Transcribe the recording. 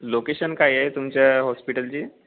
location काय आहे तुमच्या हॉस्पिटलची